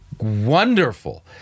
Wonderful